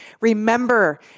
remember